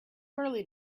early